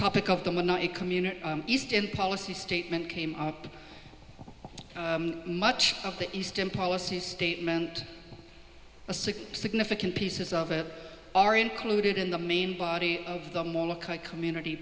topic of them was not a community eastern policy statement came up much of the eastern policy statement significant pieces of it are included in the main body of the community